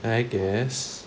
I guess